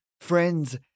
friends